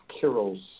Kirill's